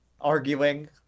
arguing